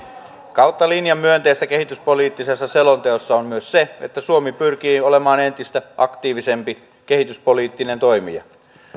kautta linjan myönteistä kehityspoliittisessa selonteossa on myös se että suomi pyrkii olemaan entistä aktiivisempi kehityspoliittinen toimija